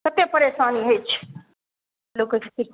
कते परेशानी होइ छै लोक